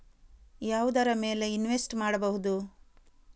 ಯಾವುದರ ಮೇಲೆ ಇನ್ವೆಸ್ಟ್ ಮಾಡಬಹುದು?